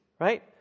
Right